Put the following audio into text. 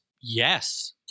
Yes